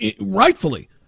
rightfully